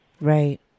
Right